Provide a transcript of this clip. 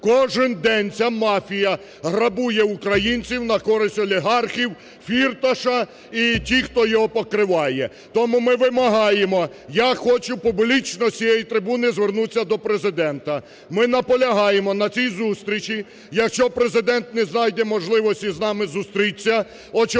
Кожен день ця мафія грабує українців на користь олігархів, Фірташа і тих, хто його покриває. Тому ми вимагаємо, я хочу публічно з цієї трибуни звернутися до Президента. Ми наполягаємо на цій зустрічі, якщо Президент не знайде можливості з нами зустрітися о